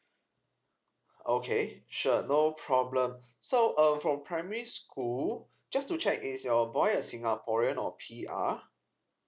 okay sure no problem so uh for primary school just to check is your boy a singaporean or P R